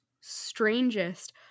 strangest